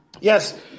Yes